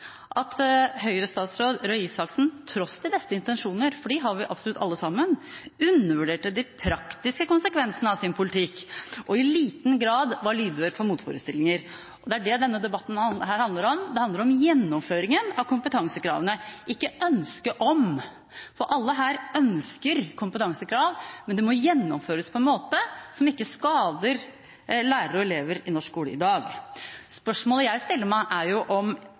at Høyre-statsråden Røe Isaksen til tross for de beste intensjoner – for dem har vi absolutt alle sammen – undervurderte de praktiske konsekvensene av sin politikk og i liten grad var lydhør for motforestillinger. Det er det denne debatten handler om: Den handler om gjennomføringen av kompetansekravene – ikke ønsket om dem. Alle her ønsker kompetansekrav, men det må gjennomføres på en måte som ikke skader lærere og elever i norsk skole i dag. Spørsmålet jeg stiller meg, er om